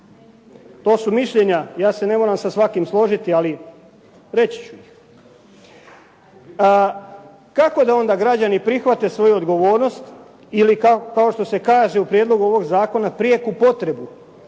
To su mišljenja. Ja se ne moram sa svakim složiti ali reći ću ih. Kako da onda građani prihvate svoju odgovornost ili kao što se kaže u prijedlogu ovog zakona, prijeku potrebu,